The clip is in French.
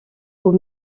aux